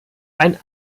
ein